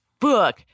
book